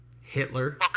hitler